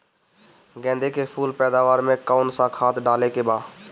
गेदे के फूल पैदवार मे काउन् सा खाद डाले के बा?